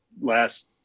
last